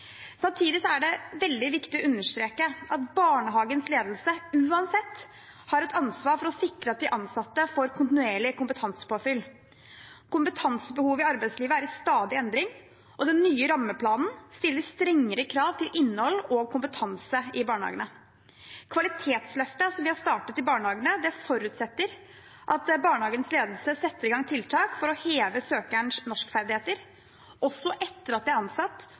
Samtidig er det veldig viktig å understreke at barnehagens ledelse uansett har et ansvar for å sikre at de ansatte får kontinuerlig kompetansepåfyll. Kompetansebehovet i arbeidslivet er i stadig endring, og den nye rammeplanen stiller strengere krav til innhold og kompetanse i barnehagene. Kvalitetsløftet, som vi har startet i barnehagene, forutsetter at barnehagens ledelse setter i gang tiltak for å heve søkerens norskferdigheter også etter at de er ansatt